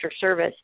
service